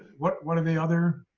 what what are the other?